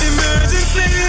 Emergency